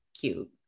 cute